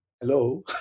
Hello